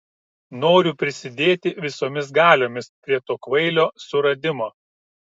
noriu prisidėti visomis galiomis prie to kvailio suradimo